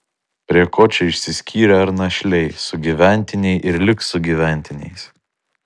prie ko čia išsiskyrę ar našliai sugyventiniai ir liks sugyventiniais